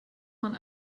man